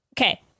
okay